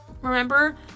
Remember